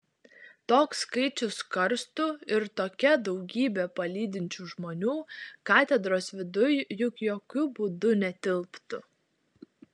toks skaičius karstų ir tokia daugybė palydinčių žmonių katedros viduj juk jokiu būdu netilptų